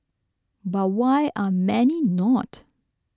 but why are many not